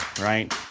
right